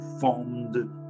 formed